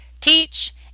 teach